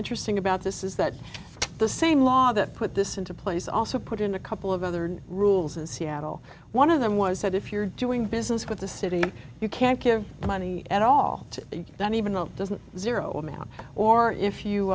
interesting about this is that the same law that put this into place also put in a couple of other rules in seattle one of them was said if you're doing business with the city you can't give no money at all to that even though doesn't zero a man or if you